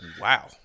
Wow